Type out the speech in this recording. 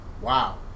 Wow